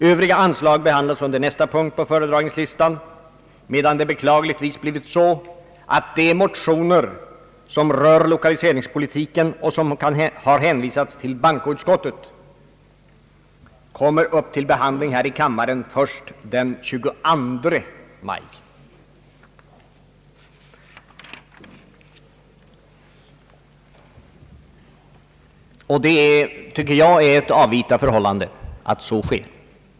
Övriga anslag behandlas under nästa punkt på föredragningslistan, medan det beklagligtvis blivit så att de motioner som rör lokaliseringspolitiken och som har hänvisats till bankoutskottet kommer upp till behandling här i kammaren först den 22 maj. Att så sker är enligt min uppfattning ett avvita förhållande.